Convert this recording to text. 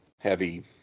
heavy